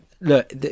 Look